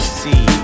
see